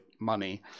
money